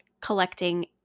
collecting